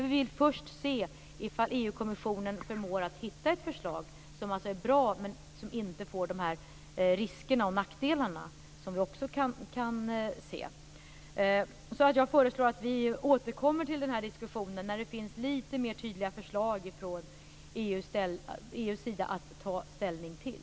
Vi vill först se om EU kommissionen förmår hitta ett förslag som är bra men som inte medför de risker och nackdelar som vi också kan se. Jag föreslår att vi återkommer till den här diskussionen när det finns lite mer tydliga förslag från EU:s sida att ta ställning till.